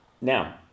Now